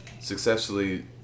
successfully